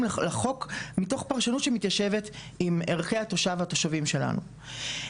לחוק מתוך פרשנות שמתיישבת עם ערכי התושב והתושבים שלנו.